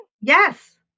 Yes